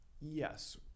Yes